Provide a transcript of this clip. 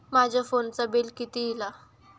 माझ्या फोनचा बिल किती इला?